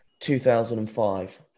2005